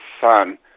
son